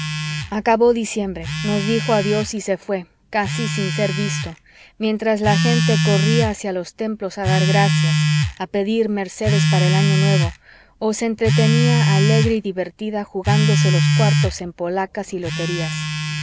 rozagante acabó diciembre nos dijo adiós y se fué casi sin ser visto mientras la gente corría hacia los templos a dar gracias a pedir mercedes para el año nuevo o se entretenía alegre y divertida jugándose los cuartos en polacas y loterías